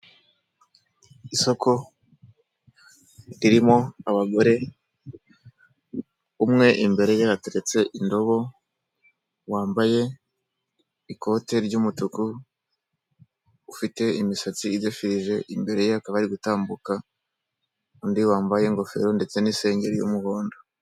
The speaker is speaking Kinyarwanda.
Isoko ririmo abagore, umwe imbere ye hateretse indobo, wambaye ikote ry'umutuku, ufite imisatsi idefirije, imbere ye hakaba hari gutambuka undi wambaye ingofero ndetse n'isengeri y'umuhondo.